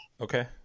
Okay